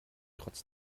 trotz